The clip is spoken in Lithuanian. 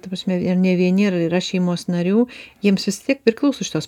ta prasme ar ne vieni ar yra šeimos narių jiems vis tiek priklauso šitos